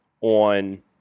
on